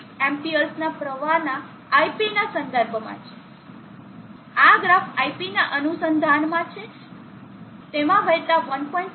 6 Amps ના પ્રવાહના iP ના સંદર્ભમાં છે આ ગ્રાફ iP ના અનુસંધાનમાં છે તેમાં વહેતા 1